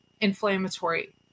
inflammatory